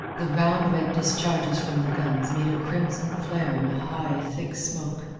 the round red discharges from the guns made a crimson flare and a high, thick smoke.